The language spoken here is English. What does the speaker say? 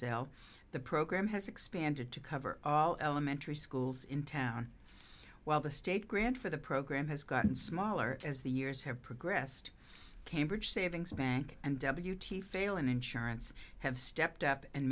sale the program has expanded to cover all elementary schools in town while the state grant for the program has gotten smaller as the years have progressed cambridge savings bank and deputy failon insurance have stepped up and